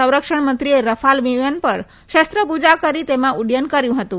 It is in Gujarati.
સંરક્ષણમંત્રીએ રફાલ વિમાન પર શસ્ત્રપૂજા કરી તેમાં ઉફ્ટથન કર્યું હતું